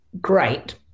great